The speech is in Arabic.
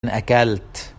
أكلت